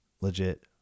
Legit